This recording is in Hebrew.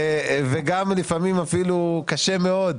וגם לפעמים אפילו קשה מאוד,